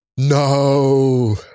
No